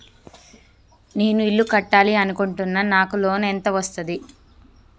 నేను ఇల్లు కట్టాలి అనుకుంటున్నా? నాకు లోన్ ఎంత వస్తది?